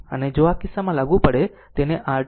આમ જો આ કિસ્સામાં લાગુ પડે તો તેને r 2 Ω કહો